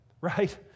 right